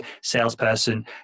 salesperson